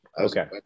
Okay